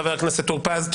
חבר הכנסת טור פז.